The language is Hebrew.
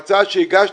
והגשתי הצעה להשוות